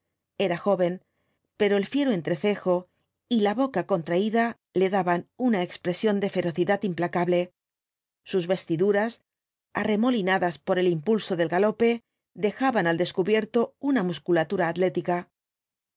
era joven pero ej fiero entrecejo y ja boca contraída le daban una expresión de ferocidad implacable sus vestiduras arremolinadas por el impulso del galope dejaban al descubierto una musculatura atlética